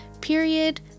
period